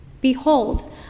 Behold